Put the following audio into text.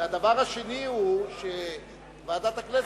והדבר השני הוא שוועדת הכנסת,